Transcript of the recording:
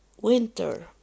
winter